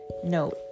note